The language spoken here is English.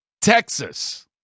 Texas